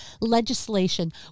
legislation